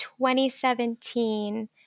2017